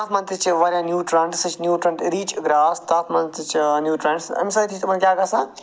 تَتھ مَنٛز تہِ چھِ ورایاہ نیوٗٹرنٛٹٕس سُہ چھِ نیوٗٹرنٛٹ رِچ گرٛاس تتھ مَنٛز تہِ چھِ نیوٗٹرنٛٹٕس اَمہِ سۭتۍ تہِ چھِ تِمَن کیٛاہ گَژھان